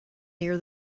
near